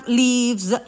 leaves